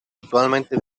actualmente